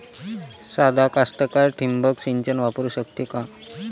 सादा कास्तकार ठिंबक सिंचन वापरू शकते का?